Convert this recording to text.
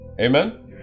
Amen